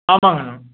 ஆமாங்க அண்ணா